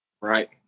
Right